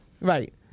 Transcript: right